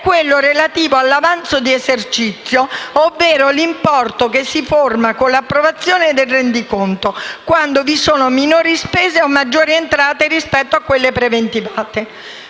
è relativo all'avanzo di esercizio, ovvero quell'importo che si forma con l'approvazione del rendiconto, quando vi sono minori spese o maggiori entrate rispetto a quelle preventivate.